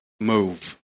move